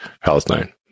Palestine